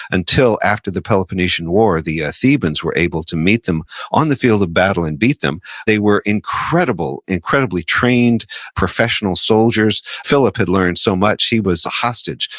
until after the peloponnesian war, the ah thebans were able to meet them on the field of battle and beat them. they were incredible, incredibly trained professional soldiers. philip had learned so much, he was a hostage.